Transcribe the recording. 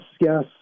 yes